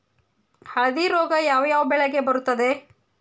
ಹಳದಿ ರೋಗ ಯಾವ ಯಾವ ಬೆಳೆಗೆ ಬರುತ್ತದೆ?